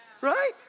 right